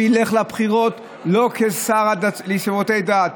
הוא ילך לבחירות לא כשר לשירותי דת.